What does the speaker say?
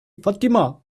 fatima